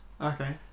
Okay